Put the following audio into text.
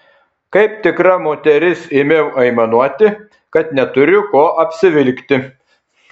kaip tikra moteris ėmiau aimanuoti kad neturiu ko apsivilkti